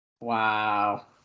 Wow